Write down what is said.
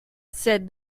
said